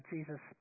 Jesus